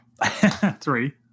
three